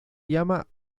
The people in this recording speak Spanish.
llama